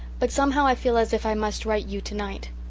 but somehow i feel as if i must write you tonight.